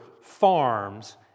farms